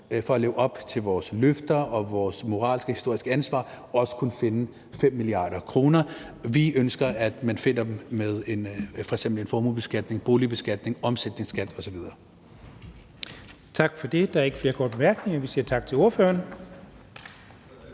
for at leve op til vores løfter og vores moralske historiske, ansvar kunne finde 5 mia. kr. Vi ønsker, at man finder dem ved f.eks. en formuebeskatning, boligbeskatning, omsætningsskat osv.